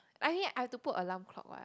I mean I have to put alarm clock what